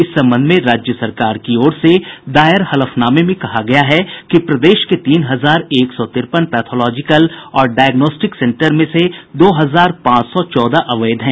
इस संबंध में राज्य सरकार की ओर से दायर हलफनामे में कहा गया है कि प्रदेश के तीन हजार एक सौ तिरपन पैथोलॉजिकल और डायग्नोस्टिक सेंटर में से दो हजार पांच सौ चौदह अवैध हैं